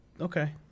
Okay